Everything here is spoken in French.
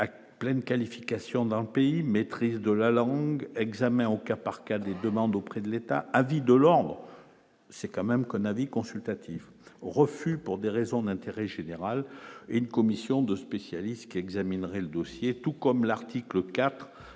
pleine qualification dans le pays, maîtrise de la langue examen au cas par cas des demandes auprès de l'État a dit de Delors, c'est quand même qu'on a dit consultatif refus pour des raisons d'intérêt général, une commission de spécialistes qui examinerait le dossier, tout comme l'article IV